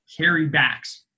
carrybacks